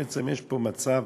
בעצם יש פה מצב